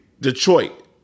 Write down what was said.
Detroit